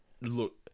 Look